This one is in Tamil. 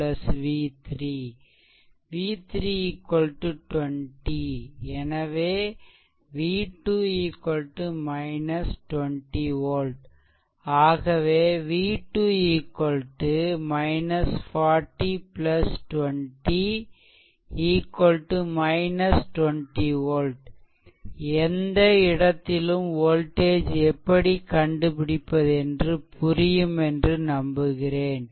v3 20 எனவே V2 20 volt ஆகவே v2 40 20 volt 20 volt எந்த இடத்திலும் வோல்டேஜ் எப்படி கண்டுபிடிப்பது என்று புரியும் என்று நம்புகிறேன்